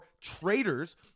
traitors